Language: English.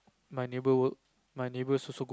my neighbours my neighbour also go